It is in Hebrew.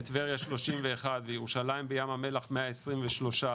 בטבריה 31, בירושלים וים המלח 123,